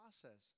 process